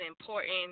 important